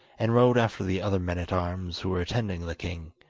and rode after the other men-at-arms who were attending the king.